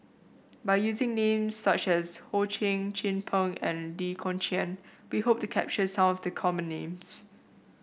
by using names such as Ho Ching Chin Peng and Lee Kong Chian we hope to capture some of the common names